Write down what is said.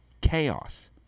chaos